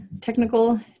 technical